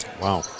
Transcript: Wow